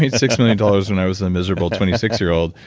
six million dollars when i was a miserable twenty six year old,